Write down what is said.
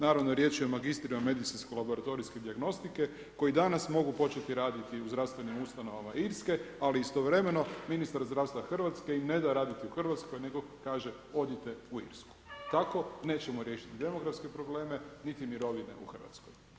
Naravno, riječ je o magistrima, medicinski laboratorijske dijagnostike, koji danas mogu početi raditi u zdravstvenim ustanovama Irske, ali istovremeno, ministar zdravstva Hrvatske, im ne da raditi u Hrvatskoj, nego kaže, odite u Irsku, tako nećemo riješiti demografske probleme, niti mirovine u Hrvatskoj.